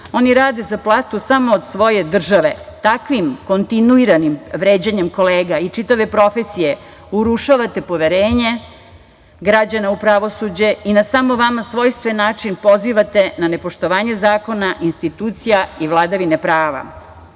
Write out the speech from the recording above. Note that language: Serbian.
Oni rade za platu samo od svoje države: „Takvim kontinuiranim vređanjem kolega i čitave profesije, urušavate poverenje građana u pravosuđe i na samo vama svojstven način pozivate na nepoštovanje zakona, institucija i vladavine prava“.